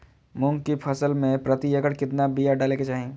मूंग की फसल में प्रति एकड़ कितना बिया डाले के चाही?